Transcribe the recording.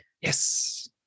Yes